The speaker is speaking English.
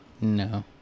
No